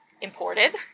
imported